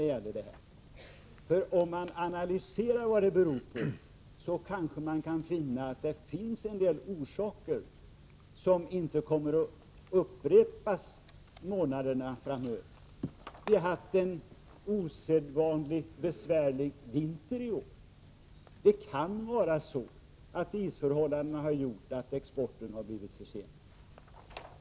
Om man analyserar vad detta beror på ser man kanske att det finns en del saker som inte kommer att upprepas under månaderna framöver. Vi har haft en osedvanligt besvärlig vinter i år. Det kan vara så, att isförhållandena har gjort att exporten har blivit försenad.